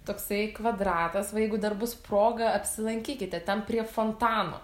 toksai kvadratas va jeigu dar bus proga apsilankykite ten prie fontano